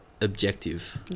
objective